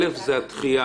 (א) זו הדחייה.